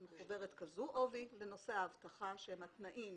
יש לנו חוברת עבה לנושא האבטחה עם התנאים